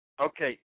Okay